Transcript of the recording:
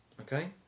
okay